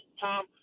Tom